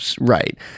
Right